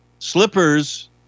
Slippers